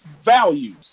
values